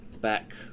back